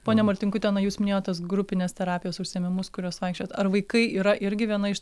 ponia martinkute na jūs minėjot tas grupinės terapijos užsiėmimus kuriuos vaikščiojot ar vaikai yra irgi viena iš